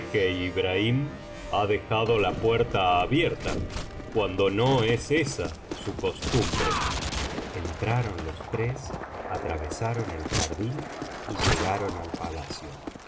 ibrhira ha dejado la puerta abierta cuando no es esa su costumbre entraron los tres atravesaron el jardín y llegaron al palacio